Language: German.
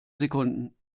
sekunden